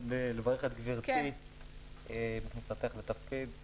מברך את גברתי עם כניסתך לתפקיד.